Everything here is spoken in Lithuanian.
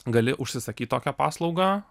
gali užsisakyt tokią paslaugą